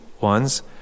ones